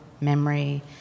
memory